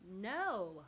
no